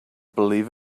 believe